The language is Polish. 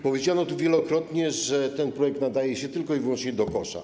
Powiedziano tu wielokrotnie, że ten projekt nadaje się tylko i wyłącznie do kosza.